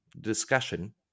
discussion